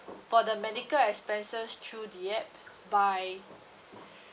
for the medial expenses through the app by